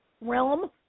realm